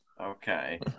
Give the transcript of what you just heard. okay